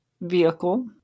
vehicle